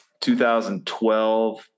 2012